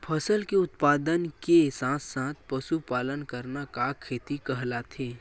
फसल के उत्पादन के साथ साथ पशुपालन करना का खेती कहलाथे?